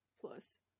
plus